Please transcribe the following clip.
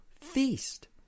feast